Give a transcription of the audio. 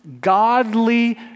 godly